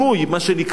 מה שנקרא,